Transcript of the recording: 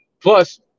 Plus